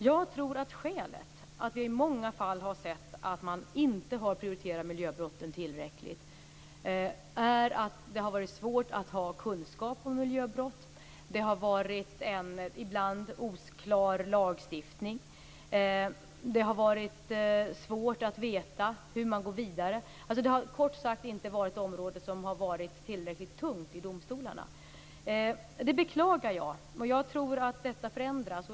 Jag tror att skälet till att vi i många fall har sett att man inte har prioriterat miljöbrotten tillräckligt är att det har varit svårt att ha kunskap om miljöbrott. Det har varit en ibland oklar lagstiftning. Det har varit svårt att veta hur man går vidare. Det har kort sagt inte varit områden som har varit tillräckligt tunga i domstolarna. Det beklagar jag. Jag tror att detta förändras.